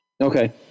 okay